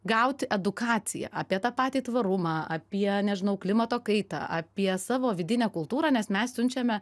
gauti edukacija apie tą patį tvarumą apie nežinau klimato kaitą apie savo vidinę kultūrą nes mes siunčiame